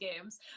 games